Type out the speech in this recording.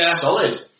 solid